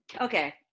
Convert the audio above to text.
Okay